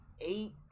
eight